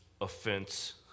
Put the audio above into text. offense